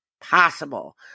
possible